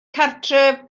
cartref